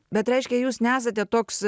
bet reiškia jūs nesate toks